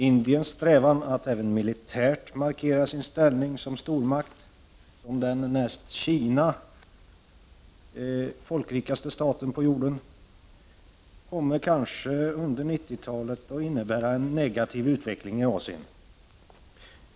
Indiens strävan efter att även militärt markera sin ställning som stormakt, som den näst Kina folkrikaste staten på jorden, kommer kanske under 90-talet att innebära en negativ utveckling i Asien.